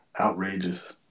Outrageous